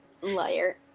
Liar